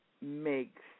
makes